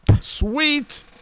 Sweet